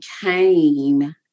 came